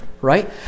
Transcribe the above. right